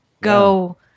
go